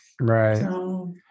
right